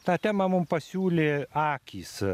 tą temą mums pasiūlė akys